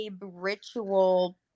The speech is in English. ritual